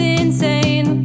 insane